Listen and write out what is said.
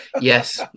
Yes